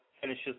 finishes